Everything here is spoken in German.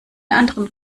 anderen